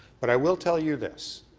but i will tell you this,